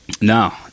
No